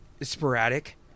Sporadic